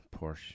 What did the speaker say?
porsche